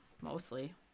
mostly